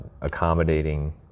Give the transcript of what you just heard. accommodating